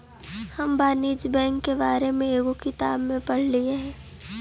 हम वाणिज्य बैंक के बारे में एगो किताब में पढ़लियइ हल